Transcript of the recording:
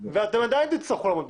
ואתם עדיין תצטרכו לעמוד בחוק.